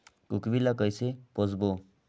कूकरी ला कइसे पोसबो?